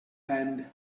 and